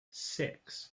six